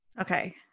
Okay